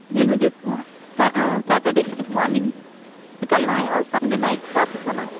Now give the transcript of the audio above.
جی مجھے سٹرڈے کی مارننگ نکلنا ہے اور سنڈے نائٹ واپس ہونا ہے